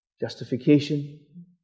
justification